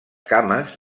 cames